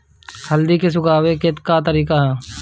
हल्दी के सुखावे के का तरीका ह?